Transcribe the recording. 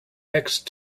next